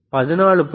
14